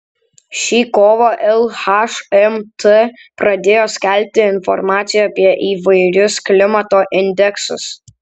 šį kovą lhmt pradėjo skelbti informaciją apie įvairius klimato indeksus